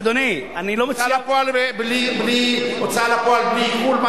אדוני, אני לא מציע, הוצאה לפועל בלי עיקול?